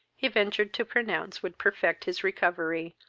he ventured to pronounce would perfect his recovery,